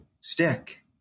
stick